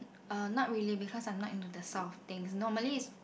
uh not really because I'm not into that sort of thing normally is